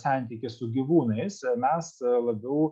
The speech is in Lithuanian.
santykį su gyvūnais ir mes labiau